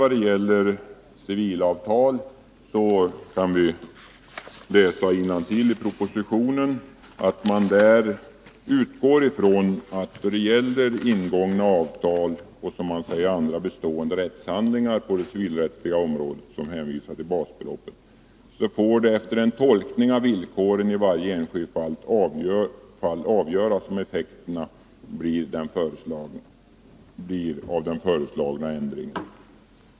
Vad gäller civilrättsliga avtal kan vi läsa innantill i propositionen: ”När det Nr 49 gäller ingångna avtal och andra bestående rättsförhållanden på det civilrätts Torsdagen den liga området som hänvisar till basbeloppet får det efter en tolkning av 10 december 1981 villkoren i varje enskilt fall avgöras vilka effekterna blir av den föreslagna — ändringen”.